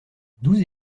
douze